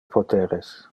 poteres